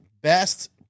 best